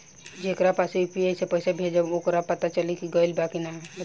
जेकरा पास यू.पी.आई से पईसा भेजब वोकरा कईसे पता चली कि गइल की ना बताई?